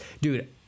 dude